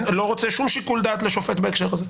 אני לא רוצה שום שיקול דעת לשופט בהקשר הזה.